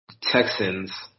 Texans